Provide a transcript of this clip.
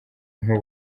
nk’u